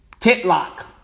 titlock